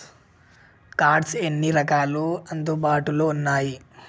Cards ఎన్ని రకాలు అందుబాటులో ఉన్నయి?